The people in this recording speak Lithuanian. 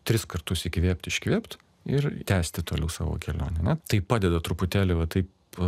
tris kartus įkvėpt iškvėpt ir tęsti toliau savo kelionę ane tai padeda truputėlį va taip